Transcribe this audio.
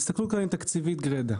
ההסתכלות כאן היא תקציבית גרידא.